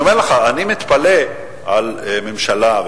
אני מתפלא על ממשלה,